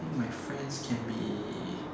think my friends can be